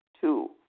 Two